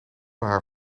haar